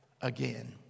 again